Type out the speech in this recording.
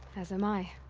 as am i.